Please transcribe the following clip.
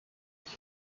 ich